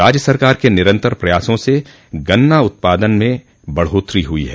राज्य सरकार के निरंतर प्रयासों से गन्ना उत्पादन में बढ़ोत्तरी हुई है